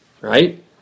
right